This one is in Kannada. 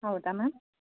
ಹೌದಾ ಮ್ಯಾಮ್